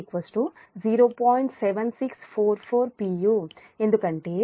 u ఎందుకంటే Va1 Va2 Va0 0